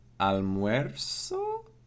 almuerzo